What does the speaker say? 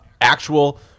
actual